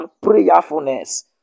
Prayerfulness